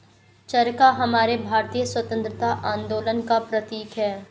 चरखा हमारे भारतीय स्वतंत्रता आंदोलन का प्रतीक है